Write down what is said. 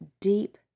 deep